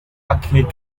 arcade